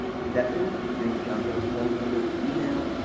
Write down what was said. stephanie here's john doe's phone number and email.